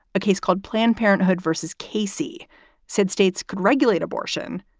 a case called planned parenthood versus casey said states could regulate abortion,